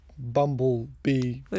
Bumblebee